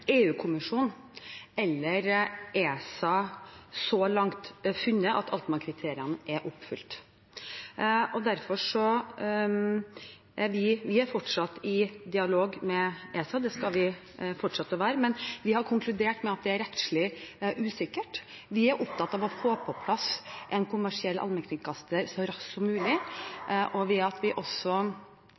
langt funnet at Altmark-kriteriene er oppfylt. Vi er fortsatt i dialog med ESA, det skal vi fortsette å være, men vi har konkludert med at det er rettslig usikkert. Vi er opptatt av å få på plass en kommersiell allmennkringkaster så raskt som mulig, og ved at vi